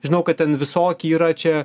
žinau kad ten visoki yra čia